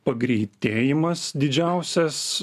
pagreitėjimas didžiausias